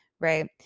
Right